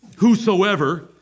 whosoever